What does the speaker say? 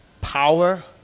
power